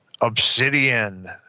Obsidian